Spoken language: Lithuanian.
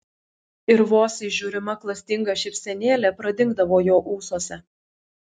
ir vos įžiūrima klastinga šypsenėlė pradingdavo jo ūsuose